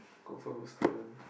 confirm will stay one